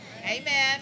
amen